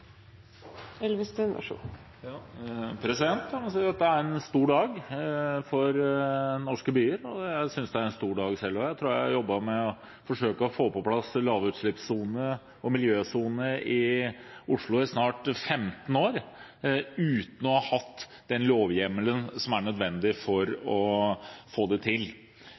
en stor dag for norske byer. Jeg synes det er en stor dag selv også. Jeg tror jeg har jobbet for å få på plass lavutslippssoner og miljøsoner i Oslo i snart 15 år uten å ha hatt den lovhjemmelen som er nødvendig for å få det til.